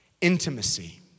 Intimacy